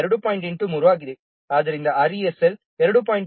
ಆದ್ದರಿಂದ RESL 2